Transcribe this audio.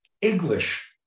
English